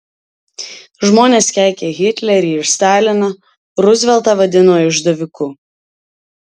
žmonės keikė hitlerį ir staliną ruzveltą vadino išdaviku